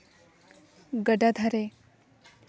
ᱜᱟᱰᱟ ᱫᱷᱟᱨᱮ